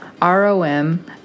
ROM